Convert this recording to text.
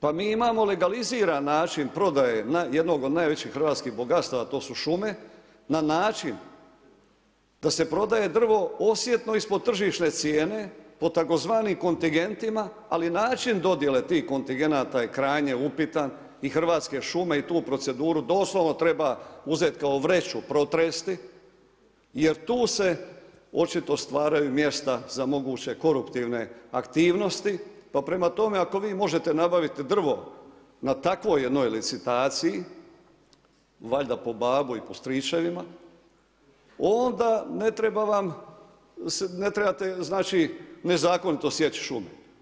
Pa imamo legaliziran način prodaje jednog od najvećih hrvatskih bogatstava, to su šume na način da se prodaje drvo osjetno ispod tržišne cijene po tzv. kontingentima ali način dodjele tih kontingenata je krajnje upitan i Hrvatske šume i tu proceduru doslovno treba uzeti kao vreću, protresti jer tu se očito stvaraju mjesta za moguće koruptivne aktivnosti pa prema tome ako vi možete nabaviti drvo na takvoj jednoj licitaciji, valjda po babu i po stričevima onda ne trebate nezakonito sjeći šume.